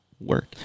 work